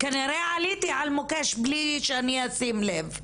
כנראה עליתי על מוקש בלי שאני אשים לב וחבל,